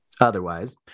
Otherwise